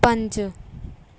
ਪੰਜ